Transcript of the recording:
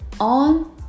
on